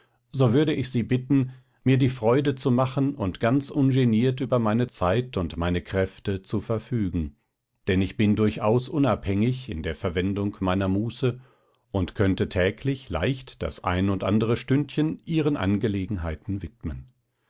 so würde ich sie bitten mir die freude zu machen und ganz ungeniert über meine zeit und meine kräfte zu verfügen denn ich bin durchaus unabhängig in der verwendung meiner muße und könnte täglich leicht das ein und andere stündchen ihren angelegenheiten widmen